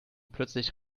plötzlich